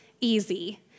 easy